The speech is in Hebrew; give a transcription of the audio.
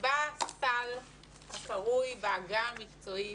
נקבע סל הקרוי בעגה המקצועית,